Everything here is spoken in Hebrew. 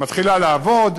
מתחילה לעבוד.